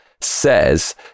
says